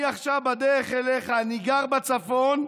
ואני עכשיו בדרך אליך, אני גר בצפון,